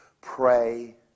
pray